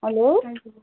hello